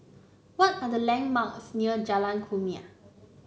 what are the landmarks near Jalan Kumia